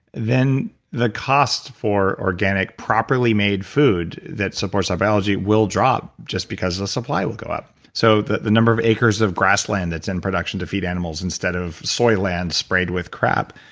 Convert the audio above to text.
then the cost for organic properly made food that supports our biology will drop just because the supply will go up so the the number of acres of grassland that's in production to feed animals instead of soy lands sprayed with crap.